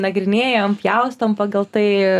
nagrinėjam pjaustom pagal tai